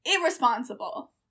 Irresponsible